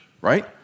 right